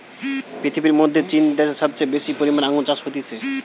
পৃথিবীর মধ্যে চীন দ্যাশে সবচেয়ে বেশি পরিমানে আঙ্গুর চাষ হতিছে